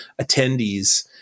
attendees